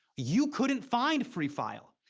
you couldn't find free file.